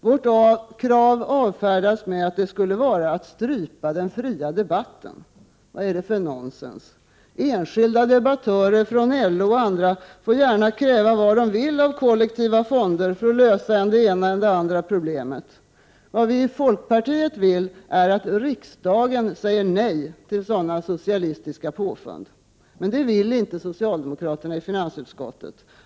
Vårt krav avfärdas med att det skulle vara att strypa den fria debatten. Vad är det för nonsens? Enskilda debattörer från LO och andra får gärna kräva fler kollektiva fonder för att lösa än det ena, än det andra problemet. Folkpartiet vill att riksdagen säger nej till sådana socialistiska påfund. Men det vill inte socialdemokraterna i finansutskottet.